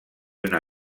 una